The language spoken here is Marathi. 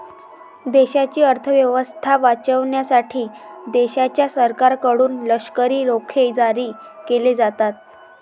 देशाची अर्थ व्यवस्था वाचवण्यासाठी देशाच्या सरकारकडून लष्करी रोखे जारी केले जातात